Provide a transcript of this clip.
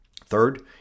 Third